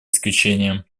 исключением